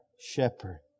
Shepherd